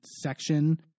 section